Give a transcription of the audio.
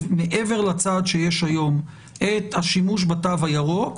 מעבר לצו שיש היום את השימוש בתו הירוק,